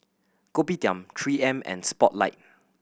Kopitiam Three M and Spotlight